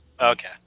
Okay